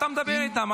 אתה מדבר איתם,